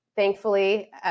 Thankfully